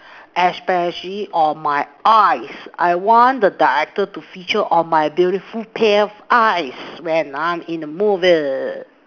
especially on my eyes I want the director to feature on my beautiful pair eyes when I am in the movies